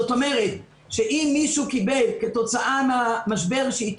זאת אומרת שאם מישהו קיבל כתוצאה מן המשבר שאיתו